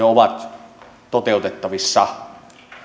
ovat toteutettavissa